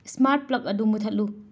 smart plug ꯑꯗꯨ ꯃꯨꯊꯠꯂꯨ